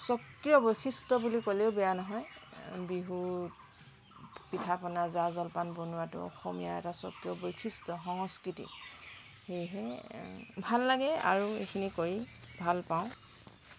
স্বকীয় বৈশিষ্ট্য বুলি ক'লেও বেয়া নহয় বিহুৰ পিঠা পনা জা জলপান বনোৱাটো অসমীয়া এটা স্বকীয় বৈশিষ্ট্য সংস্কৃতি সেয়েহে ভাল লাগে আৰু এইখিনি কৰি ভাল পাওঁ